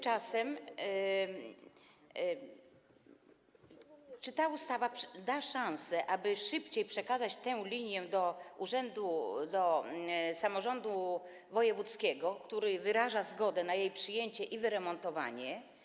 Czy ta ustawa da szansę, aby szybciej przekazać tę linię do urzędu, do samorządu wojewódzkiego, który wyraża zgodę na jej przyjęcie i wyremontowanie?